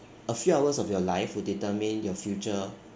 a few hours of your life would determine your future